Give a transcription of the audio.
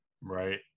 Right